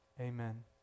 amen